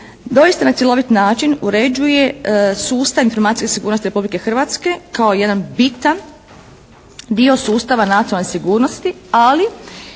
doista na cjelovit način uređuje sustav informacijske sigurnosti Republike Hrvatske kao jedan bitan dio sustava nacionalne sigurnosti, ali